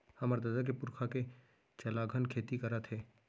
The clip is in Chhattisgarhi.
हमर ददा ह पुरखा के चलाघन खेती करत हे